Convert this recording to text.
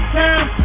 time